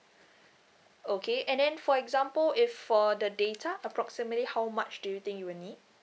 okay and then for example if for the data approximately how much do you think you will need